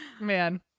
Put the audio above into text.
Man